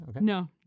No